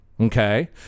Okay